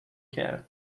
کرد